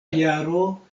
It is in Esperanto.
jaro